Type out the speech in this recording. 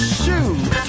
shoot